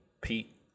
Pete